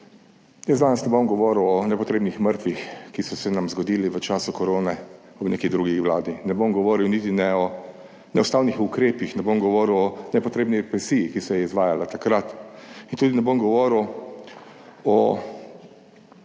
Jaz danes ne bom govoril o nepotrebnih mrtvih, ki so se nam zgodili v času korone v neki drugi vladi, niti ne bom govoril o neustavnih ukrepih, ne bom govoril o nepotrebni represiji, ki se je izvajala takrat, in tudi ne bom govoril o